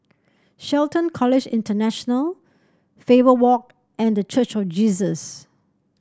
Shelton College International Faber Walk and The Church of Jesus